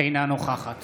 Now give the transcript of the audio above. אינה נוכחת